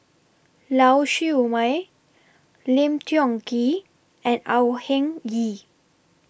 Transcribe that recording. Lau Siew Mei Lim Tiong Ghee and Au Hing Yee